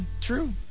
true